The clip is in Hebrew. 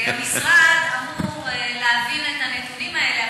המשרד אמור להבין את הנתונים האלה.